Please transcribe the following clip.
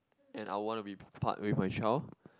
and I want to be part with my child